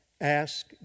ask